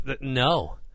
No